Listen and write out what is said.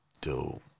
Dude